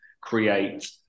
create